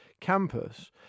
campus